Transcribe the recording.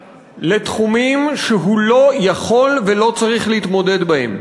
לתחומים שהוא לא יכול ולא צריך להתמודד אתם.